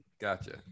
Gotcha